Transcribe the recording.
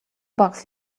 bucks